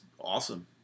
awesome